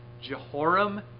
Jehoram